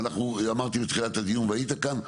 אמרתי בתחילת הדיון והיית כאן,